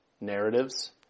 narratives